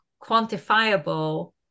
quantifiable